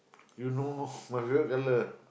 yow know must red colour